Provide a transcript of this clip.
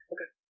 Okay